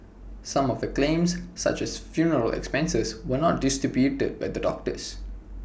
some of the claims such as for funeral expenses were not disputed by the doctors